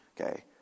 Okay